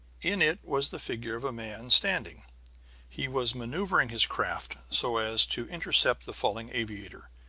in it was the figure of a man standing he was maneuvering his craft so as to intercept the falling aviator.